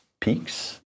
peaks